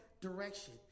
direction